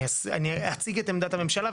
אני אציג את עמדת הממשלה,